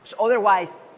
otherwise